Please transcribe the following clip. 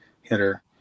hitter